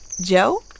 joe